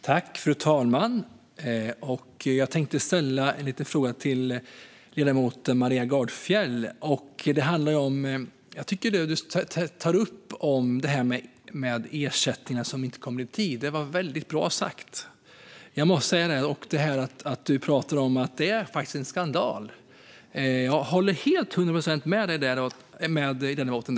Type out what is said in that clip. Fru talman! Jag tänkte ställa lite frågor till ledamoten Maria Gardfjell. Du tar upp detta med ersättningar som inte kommer i tid. Det var väldigt bra sagt. Du talar om att det är en skandal. Jag håller med ledamoten där till 100 procent.